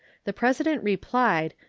the president replied,